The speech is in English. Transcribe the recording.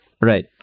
right